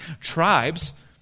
Tribes